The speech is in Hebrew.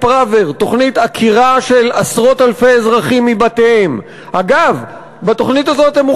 להפסיק לקצץ בשירותים החברתיים, להתחיל